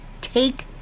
take